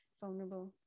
vulnerable